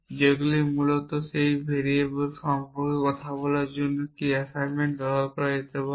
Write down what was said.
যেগুলি মূলত সেই ভেরিয়েবলগুলি সম্পর্কে কথা বলার জন্য কী অ্যাসাইনমেন্ট ব্যবহার করা যেতে পারে